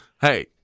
Hey